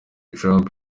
trump